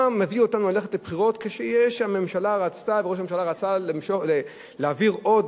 מה מביא אותנו ללכת לבחירות כשהממשלה רצתה וראש הממשלה רצה להעביר עוד,